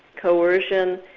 coercion.